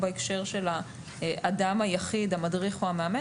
בהקשר של האדם היחיד המדריך או המאמן